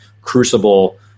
crucible